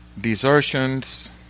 desertions